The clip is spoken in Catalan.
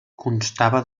constava